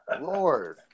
Lord